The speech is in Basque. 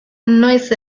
noiz